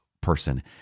person